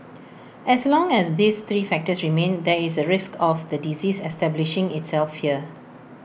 as long as these three factors remain there is A risk of the disease establishing itself here